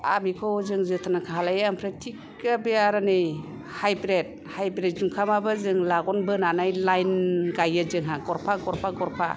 आर बेखौ जों जथ्न' खालायो थिख आरो बे नै हाइब्रेद हाइब्रेद जुखामाबो जों लाग'नो लाइन गाइयो जोंहा जों गरफा गरफा